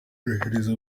korohereza